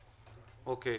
הצבעה אוקיי.